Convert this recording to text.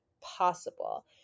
possible